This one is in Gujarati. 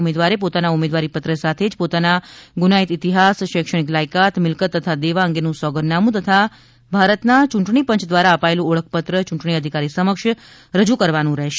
ઉમેદવારે પોતાના ઉમેદવારીપત્ર સાથે જ પોતાના ગુનાઇત ઇતિહાસ શૈક્ષણિક લાયકાત મિલકત તથા દેવાં અંગેનું સોગંદનામું તથા ભારતના ચૂંટણીપંચ દ્વારા અપાયેલું ઓળખપત્ર યૂંટણી અધિકારી સમક્ષ રજૂ કરવાનું રહેશે